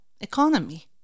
economy